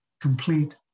complete